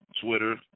Twitter